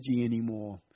anymore